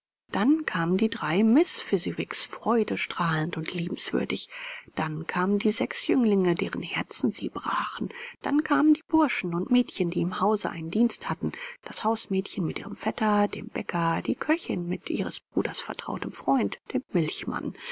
dann kamen die drei miß fezziwigs freudestrahlend und liebenswürdig dann kamen die sechs jünglinge deren herzen sie brachen dann kamen die burschen und mädchen die im hause einen dienst hatten das hausmädchen mit ihrem vetter dem bäcker die köchin mit ihres bruders vertrautem freund dem milchmann